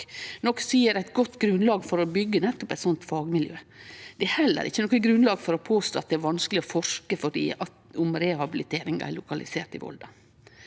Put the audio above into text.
som gjev eit godt grunnlag for å byggje nettopp eit slikt fagmiljø. Det er heller ikkje noko grunnlag for å påstå at det er vanskeleg å forske om rehabiliteringa er lokalisert i Volda.